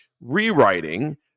rewriting